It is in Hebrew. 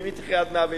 ואם היא תחיה עד 120?